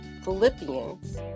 Philippians